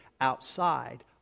outside